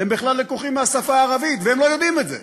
הם בכלל לקוחים מהשפה הערבית והם לא יודעים את זה,